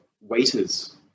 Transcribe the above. waiters